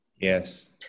Yes